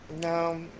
No